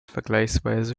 vergleichsweise